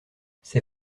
ces